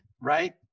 right